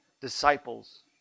disciples